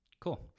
cool